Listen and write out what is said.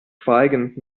schweigend